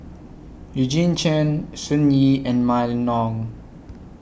Eugene Chen Sun Yee and Mylene Ong